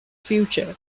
future